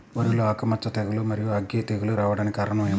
వరిలో ఆకుమచ్చ తెగులు, మరియు అగ్గి తెగులు రావడానికి కారణం ఏమిటి?